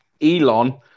Elon